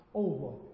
over